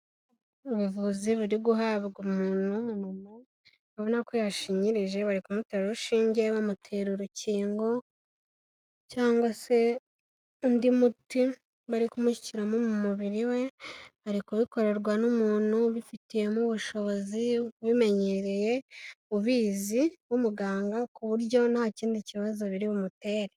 Ubuvuzi buri guhabwa umuntu w'umumama ubona ko yashinyirije, bari kumutera urushinge bamutera urukingo cyangwa se undi muti bari kumushyira mu mubiri we ari kubikorerwa n'umuntu ubifitiyemo ubushobozi, ubimenyereye ubizi w'umuganga ku buryo nta kindi kibazo biri bumutere.